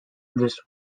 this